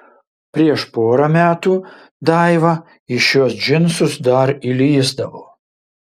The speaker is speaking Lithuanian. prieš porą metų daiva į šiuos džinsus dar įlįsdavo